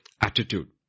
attitude